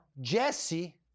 Jesse